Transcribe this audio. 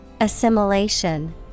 Assimilation